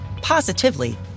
positively